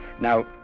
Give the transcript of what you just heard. Now